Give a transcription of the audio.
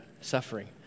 suffering